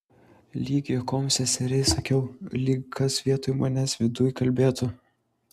lyg juokom seseriai sakiau lyg kas vietoj manęs viduj kalbėtų